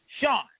Sean